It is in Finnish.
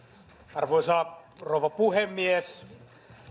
arvoisa rouva puhemies